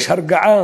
יש הרגעה